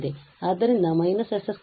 ಆದ್ದರಿಂದ −s 2e −s22 ಆಗಿದೆ